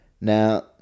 Now